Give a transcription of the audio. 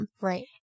right